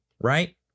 right